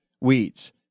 weeds